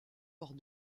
lors